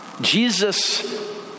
Jesus